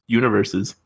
universes